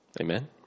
Amen